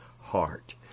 heart